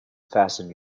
fasten